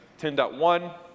10.1